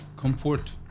Comfort